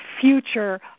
future